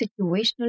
situational